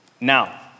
Now